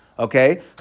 Okay